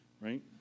right